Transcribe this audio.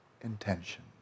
intention